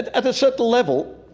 at a certain level,